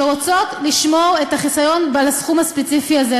שרוצות לשמור את החיסיון על הסכום הספציפי הזה.